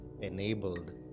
enabled